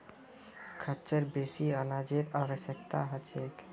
खच्चरक बेसी अनाजेर आवश्यकता ह छेक